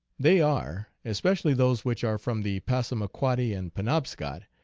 they are, especially those which are from the passamaquoddy and penobscot,